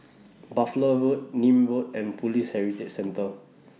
Buffalo Road Nim Road and Police Heritage Centre